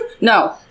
No